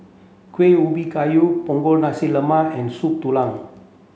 Kueh Ubi Kayu Punggol Nasi Lemak and Soup Tulang